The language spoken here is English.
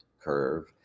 curve